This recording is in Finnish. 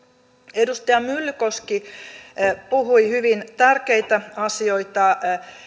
edustaja myllykoski puhui hyvin tärkeitä asioita